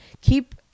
keep